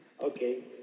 Okay